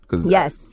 Yes